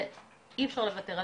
ואי אפשר לוותר עליה.